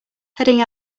heading